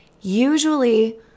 usually